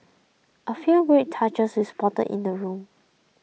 a few great touches we spotted in the room